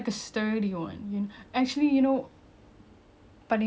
paling worst is rumah kat toa payoh I tak tahu kalau you pernah pergi